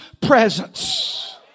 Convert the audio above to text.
presence